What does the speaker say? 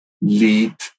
lead